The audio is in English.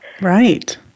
Right